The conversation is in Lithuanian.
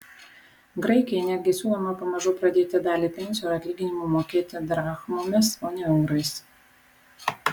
graikijai netgi siūloma pamažu pradėti dalį pensijų ir atlyginimų mokėti drachmomis o ne eurais